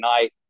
night